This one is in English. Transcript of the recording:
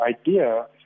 idea